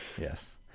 Yes